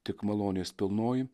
tik malonės pilnoji